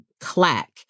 clack